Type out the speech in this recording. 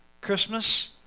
Christmas